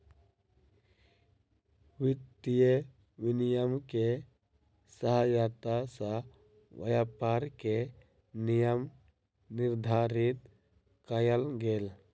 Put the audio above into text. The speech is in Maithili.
वित्तीय विनियम के सहायता सॅ व्यापार के नियम निर्धारित कयल गेल